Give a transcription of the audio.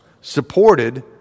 supported